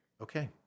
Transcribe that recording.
okay